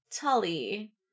Tully